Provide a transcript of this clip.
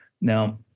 Now